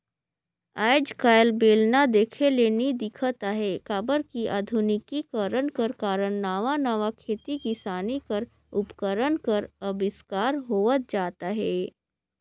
आएज काएल बेलना देखे ले नी दिखत अहे काबर कि अधुनिकीकरन कर कारन नावा नावा खेती किसानी कर उपकरन कर अबिस्कार होवत जात अहे